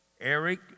Eric